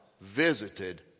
visited